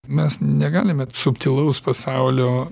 mes negalime subtilaus pasaulio